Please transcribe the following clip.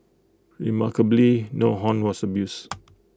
remarkably no horn was abused